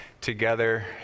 together